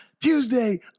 Tuesday